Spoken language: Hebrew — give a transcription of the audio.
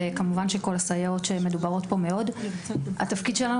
וכמובן שכל הסייעות שמדוברות פה מאוד התפקיד שלנו